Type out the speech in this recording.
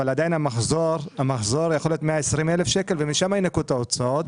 אבל עדיין המחזור יכול להיות 120,000 שקל ומשם ינכו את ההוצאות.